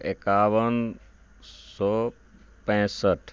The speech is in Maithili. आओर एकावन सओ पैँसठि